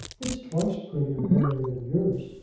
it's twice prettier hair than yours,